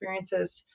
experiences